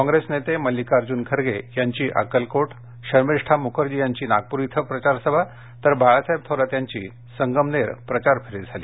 कॉप्रेस नेते मल्लिकार्जून खर्गे यांची अक्कलकोट शर्मिष्ठा मुखर्जी यांची नागपूर इथं प्रचारसभा तर बाळासाहेब थोरात यांची संगमनेर प्रचारफेरी झाली